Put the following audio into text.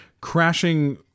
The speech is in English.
crashing